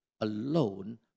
alone